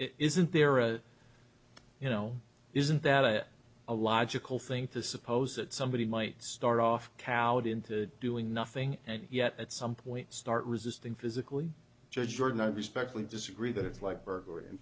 isn't there a you know isn't that a logical thing to suppose that somebody might start off cowed into doing nothing and yet at some point start resisting physically jordan i respectfully disagree that it's like burglary in